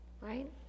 Right